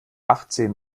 achtzehn